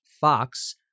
Fox